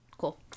Cool